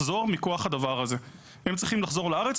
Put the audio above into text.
לחוץ לארץ,